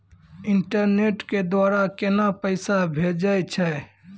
Internet के द्वारा केना पैसा भेजय छै?